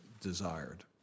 desired